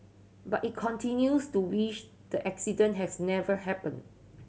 but he continues to wish the accident had never happened